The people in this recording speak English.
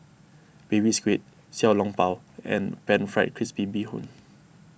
Baby Squid Xiao Long Bao and Pan Fried Crispy Bee Hoon